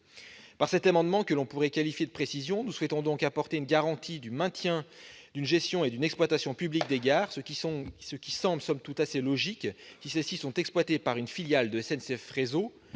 de cet amendement que l'on pourrait qualifier de précision, nous souhaitons donc apporter une garantie du maintien d'une gestion et d'une exploitation publiques des gares, ce qui semble somme toute assez logique si celles-ci sont exploitées par une filiale de SNCF Réseau